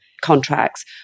contracts